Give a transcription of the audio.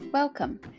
Welcome